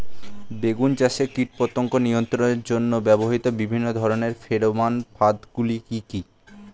বেগুন চাষে কীটপতঙ্গ নিয়ন্ত্রণের জন্য ব্যবহৃত বিভিন্ন ধরনের ফেরোমান ফাঁদ গুলি কি কি?